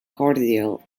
cordial